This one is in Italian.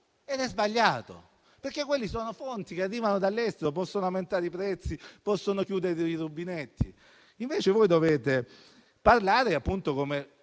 ed è sbagliato, perché quelle sono fonti che arrivano dall'estero: possono aumentare i prezzi, possono chiudere i rubinetti. Voi dovete invece parlare - come